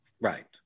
Right